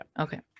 okay